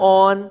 on